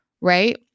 right